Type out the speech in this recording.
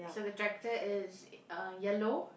so the tractor is uh yellow